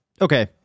Okay